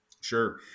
Sure